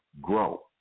grow